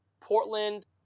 Portland